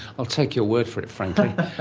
i'll take your word for it, frankly.